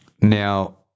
Now